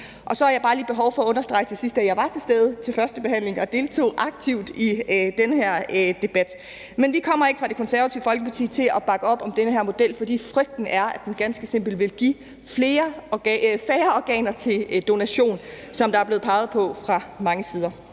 Så har jeg bare lige behov for at understrege til sidst, at jeg var til stede ved førstebehandlingen og deltog aktivt i den her debat. Men vi fra Det Konservative Folkeparti kommer ikke til at bakke op om den her model, fordi frygten er, at den ganske simpelt vil give færre organer til donation, sådan som der er blevet peget på fra mange sider.